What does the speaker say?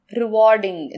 rewarding